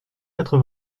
quatre